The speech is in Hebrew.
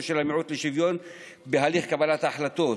של המיעוט לשוויון בהליך קבלת ההחלטות.